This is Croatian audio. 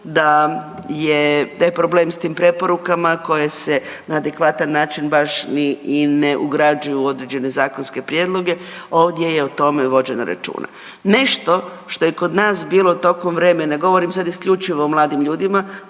taj problem s tim preporukama koje se na adekvatan način baš ni i ne ugrađuju u određene zakonske prijedloge, ovdje je o tome vođeno računa. Nešto što je kod nas bilo tokom vremena, govorim sad isključivo o mladim ljudima,